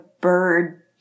bird